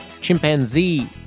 chimpanzee